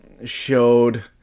showed